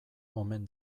omen